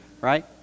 Right